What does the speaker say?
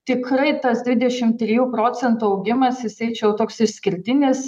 tikrai tas dvidešim trijų procentų augimas jisai čia jau toks išskirtinis